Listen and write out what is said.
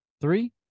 Three